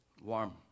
warm